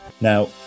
Now